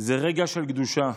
זה רגע של קדושה.